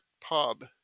Pub